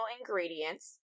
ingredients